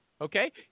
Okay